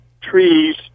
trees